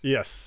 Yes